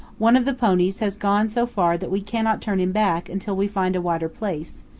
one of the ponies has gone so far that we cannot turn him back until we find a wider place,